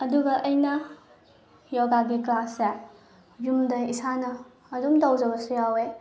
ꯑꯗꯨꯒ ꯑꯩꯅ ꯌꯣꯒꯥꯒꯤ ꯀ꯭ꯂꯥꯁꯁꯦ ꯌꯨꯝꯗ ꯏꯁꯥꯅ ꯑꯗꯨꯝ ꯇꯧꯖꯕꯁꯨ ꯌꯥꯎꯋꯦ